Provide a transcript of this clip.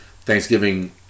Thanksgiving